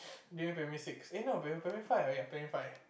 during primary six eh no primary primary five oh ya primary five